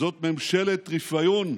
זאת ממשלת רפיון,